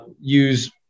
use